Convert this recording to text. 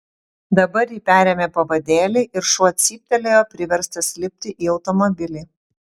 dabar ji perėmė pavadėlį ir šuo cyptelėjo priverstas lipti į automobilį